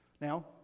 now